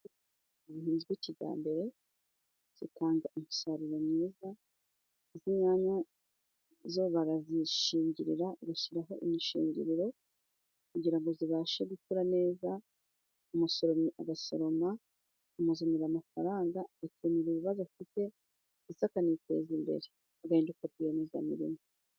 Ibihinzwe kijyambere zitanga umusaruro mwiza. Izi nyanya zo barazishingirira, bagashiraho imishingiriro kugira ngo zibashe gukura neza, umusoromyi agasoroma. Bimuzanira amafaranga, agakemurara ibibazo afite ndetse akaniteza imbere, agahinduka rwiyemezamirimo.